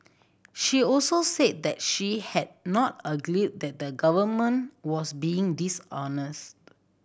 she also said that she had not alleged that the Government was being dishonest